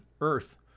Earth